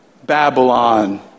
Babylon